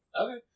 Okay